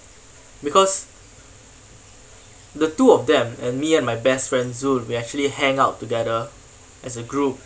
because the two of them and me and my best friend zul we actually hang out together as a group